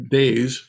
days